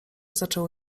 zaczęło